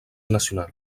nacional